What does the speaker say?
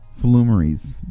Flumeries